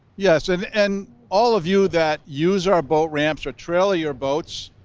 yes, and and all of you that use our boat ramps or trailer your boats,